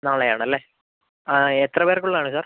നാളെയാണല്ലേ എത്ര പേർക്കുള്ളതാണ് സാർ